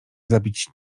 zabić